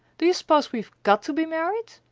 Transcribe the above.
do you s'pose we've got to be married?